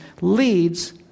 leads